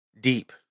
deep